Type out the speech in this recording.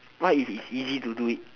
what if it's easy to do it